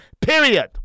period